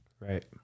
Right